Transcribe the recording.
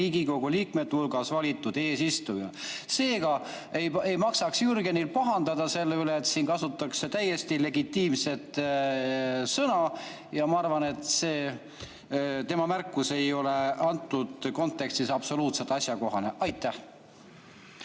Riigikogu liikmete hulgast valitud eesistuja. Seega ei maksaks Jürgenil pahandada selle üle, et siin kasutatakse täiesti legitiimset sõna. Ja ma arvan, et see tema märkus ei ole antud kontekstis absoluutselt asjakohane. Aa,